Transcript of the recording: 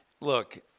Look